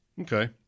Okay